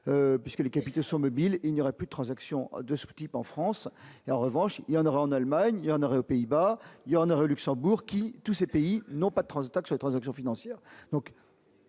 puisque les capitaux sont mobiles, il n'y aura plus de transactions de ce type en France et en revanche il y en aura en Allemagne il y un arrêt aux Pays-Bas il y en a, Luxembourg, qui tous ces pays n'ont pas de transaction transactions financières,